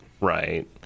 Right